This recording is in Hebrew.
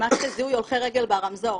מערכת לזיהוי הולכי רגל ברמזור.